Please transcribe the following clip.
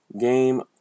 game